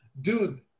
Dude